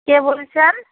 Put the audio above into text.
কে বলছেন